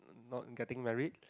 not getting married